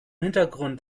hintergrund